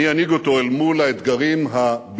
מי ינהיג אותו אל מול האתגרים הביטחוניים